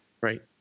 right